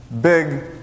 big